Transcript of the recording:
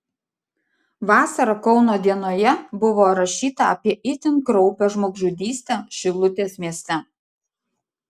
vasarą kauno dienoje buvo rašyta apie itin kraupią žmogžudystę šilutės mieste